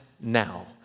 now